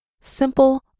simple